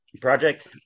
Project